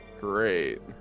great